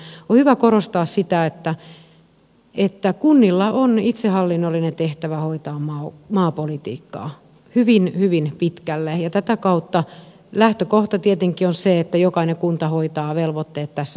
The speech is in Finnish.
on hyvä korostaa sitä että kunnilla on itsehallinnollinen tehtävä hoitaa maapolitiikkaa hyvin hyvin pitkälle ja tätä kautta lähtökohta tietenkin on se että jokainen kunta hoitaa velvoitteet tässä suhteessa